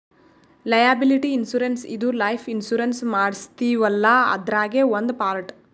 liability insurance ಇದು life insurance ಮಾಡಸ್ತೀವಲ್ಲ ಅದ್ರಾಗೇ ಒಂದ್ ಪಾರ್ಟ್